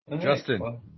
Justin